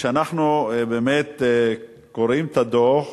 וכשאנחנו באמת קוראים את הדוח,